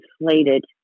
inflated